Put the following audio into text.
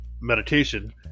meditation